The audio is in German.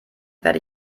werde